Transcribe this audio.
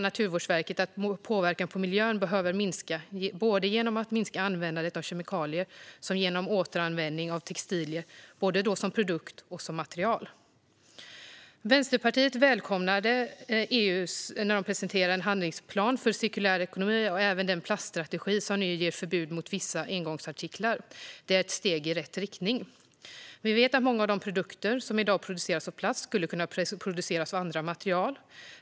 Naturvårdsverket menar att påverkan på miljön behöver minska både genom ett minskat användande av kemikalier och genom återanvändning av textilier som produkt och som material. Vänsterpartiet välkomnar den handlingsplan för cirkulär ekonomi som EU har presenterat och även den plaststrategi som nu inför förbud mot vissa engångsartiklar. Det är ett steg i rätt riktning. Vi vet att många av de produkter som i dag produceras av plast skulle kunna produceras av andra material.